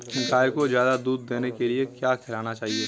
गाय को ज्यादा दूध देने के लिए क्या खिलाना चाहिए?